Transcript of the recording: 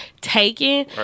taken